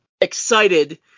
excited